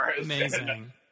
Amazing